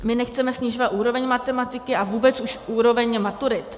My nechceme snižovat úroveň matematiky a už vůbec ne úroveň maturit.